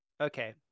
Okay